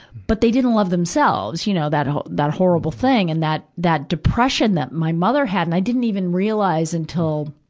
but they didn't love themselves, you know, that that horrible thing, and that, that depression that my mother had. and i didn't even realize until,